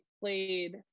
played